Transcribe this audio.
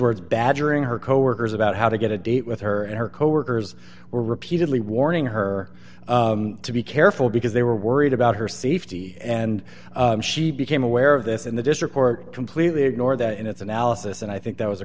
words badger her coworkers about how to get a date with her and her coworkers were repeatedly warning her to be careful because they were worried about her safety and she became aware of that in the district court completely ignored that in its analysis and i think that was a